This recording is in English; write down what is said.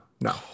no